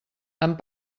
amb